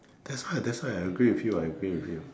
that's why that's why I agree with you I agree with you